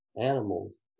animals